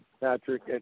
Patrick